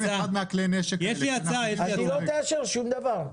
--- אז היא לא תאשר שום דבר.